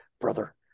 brother